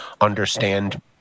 understand